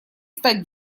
стать